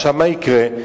עכשיו, מה יקרה?